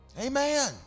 Amen